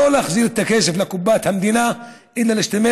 לא להחזיר את הכסף לקופת המדינה אלא להשתמש